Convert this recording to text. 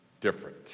different